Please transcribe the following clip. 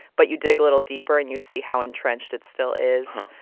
but you dig a little deeper, and you see how entrenched it still is,